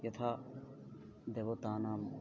यथा देवतानां